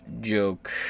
joke